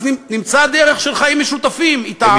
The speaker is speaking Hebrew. אז נמצאה דרך של חיים משותפים אתם.